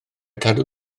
cadw